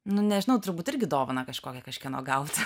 nu nežinau turbūt irgi dovaną kažkokią kažkieno gautą